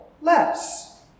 less